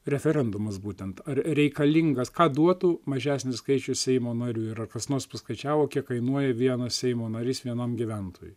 referendumas būtent ar reikalingas ką duotų mažesnis skaičius seimo narių ir ar kas nors paskaičiavo kiek kainuoja vienas seimo narys vienam gyventojui